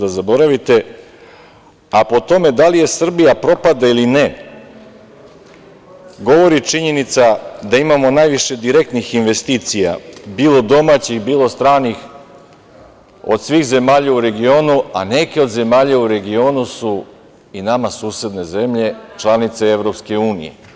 A, po tome da li Srbija propada ili ne govori činjenica da imamo najviše direktnih investicija, bilo domaćih, bilo stranih, od svih zemalja u regionu, a neke od zemalja u regionu su i nama susedne zemlje članice EU.